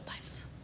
times